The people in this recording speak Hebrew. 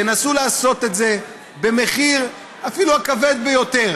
תנסו לעשות את זה במחיר, אפילו הכבד ביותר